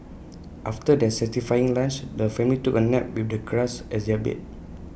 after their satisfying lunch the family took A nap with the grass as their bed